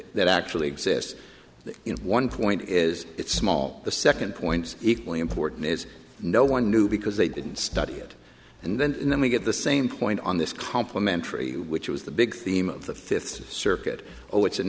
that actually exists in one point is it small the second point equally important is no one knew because they didn't study it and then and then we get the same point on this complementary which was the big theme of the fifth circuit oh